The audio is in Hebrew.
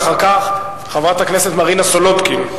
ואחר כך, חברת הכנסת מרינה סולודקין.